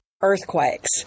earthquakes